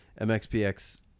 MXPX